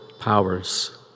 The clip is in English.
powers